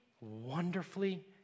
wonderfully